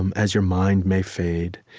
um as your mind may fade,